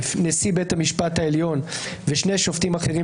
נשיא בית המשפט העליון ושני שופטים אחרים